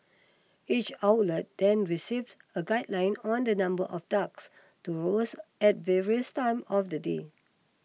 each outlet then receives a guideline on the number of ducks to roast at various times of the day